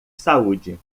saúde